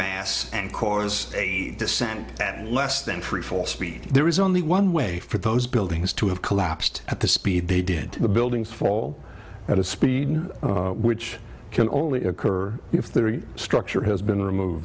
mass and cores descend at less than freefall speed there is only one way for those buildings to have collapsed at the speed they did the buildings fall at a speed which can only occur if the structure has been removed